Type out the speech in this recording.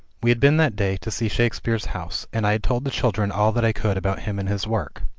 we had been that day to see shakespeare's house, and i had told the children all that i could about him and his work.